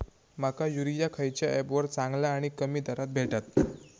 माका युरिया खयच्या ऍपवर चांगला आणि कमी दरात भेटात?